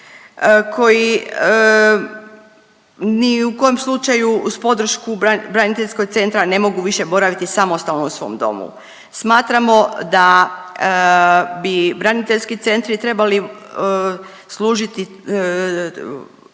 koji ni u kojem slučaju uz podršku braniteljskog centra ne mogu više boraviti samostalno u svom domu. Smatramo da bi braniteljski centri trebali služiti